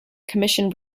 commission